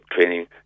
training